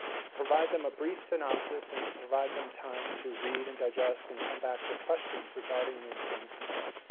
to provide them a brief synopsis, and to provide them time to read and digest and come back with questions regarding the informed consent.